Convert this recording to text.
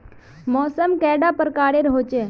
मौसम कैडा प्रकारेर होचे?